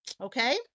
Okay